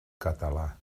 català